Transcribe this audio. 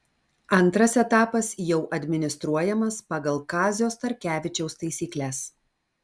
antras etapas jau administruojamas pagal kazio starkevičiaus taisykles